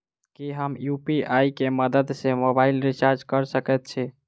की हम यु.पी.आई केँ मदद सँ मोबाइल रीचार्ज कऽ सकैत छी?